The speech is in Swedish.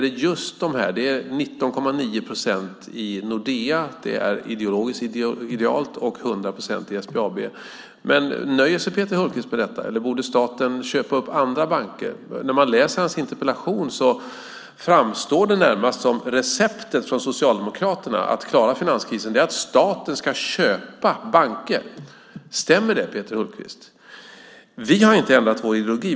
Det är 19,9 procent i Nordea - det är ideologiskt idealt - och 100 procent i SBAB. Nöjer sig Peter Hultqvist med detta, eller borde staten köpa upp andra banker? När man läser interpellationen framstår det närmast som receptet från Socialdemokraterna för att klara finanskrisen att staten ska köpa banker. Stämmer det, Peter Hultqvist? Vi har inte ändrat vår ideologi.